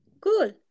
Cool